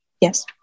Yes